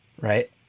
Right